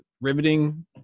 riveting